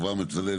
אברהם בצלאל